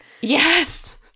Yes